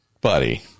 buddy